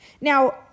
Now